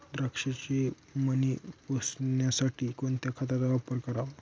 द्राक्षाचे मणी पोसण्यासाठी कोणत्या खताचा वापर करावा?